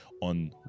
on